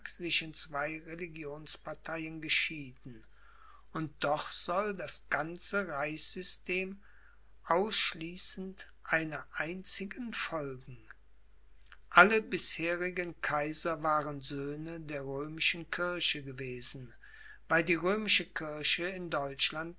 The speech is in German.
in zwei religionsparteien geschieden und doch soll das ganze reichssystem ausschließend einer einzigen folgen alle bisherigen kaiser waren söhne der römischen kirche gewesen weil die römische kirche in